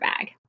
bag